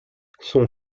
son